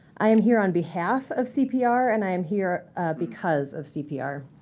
i am here on behalf of cpr, and i am here because of cpr.